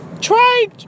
try